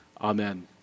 Amen